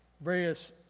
various